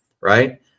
right